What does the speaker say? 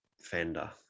Fender